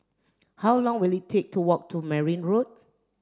how long will it take to walk to Merryn Road